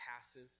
passive